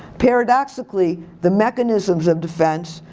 paradoxically, the mechanisms of defense,